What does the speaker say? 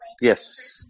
Yes